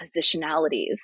positionalities